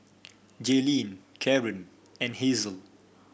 Jaylin Karon and Hazle